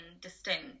distinct